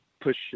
push